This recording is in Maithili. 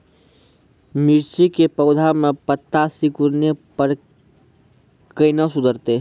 मिर्ची के पौघा मे पत्ता सिकुड़ने पर कैना सुधरतै?